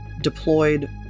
deployed